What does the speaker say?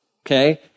okay